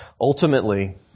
Ultimately